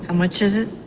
and much is it?